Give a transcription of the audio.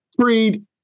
Creed